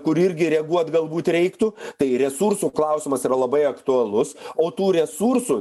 kur irgi reaguot galbūt reiktų tai resursų klausimas yra labai aktualus o tų resursų